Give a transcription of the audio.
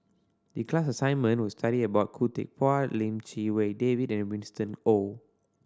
the class assignment was to study about Khoo Teck Puat Lim Chee Wai David and Winston Oh